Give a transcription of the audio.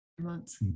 months